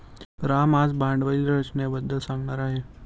राम आज भांडवली रचनेबद्दल सांगणार आहे